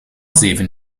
zeven